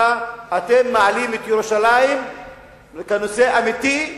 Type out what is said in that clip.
אתם מעלים את ירושלים כנושא אמיתי,